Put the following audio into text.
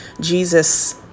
Jesus